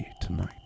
tonight